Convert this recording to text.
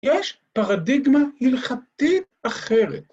‫יש פרדיגמה הלכתית אחרת.